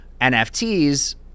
NFTs